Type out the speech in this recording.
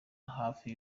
hafi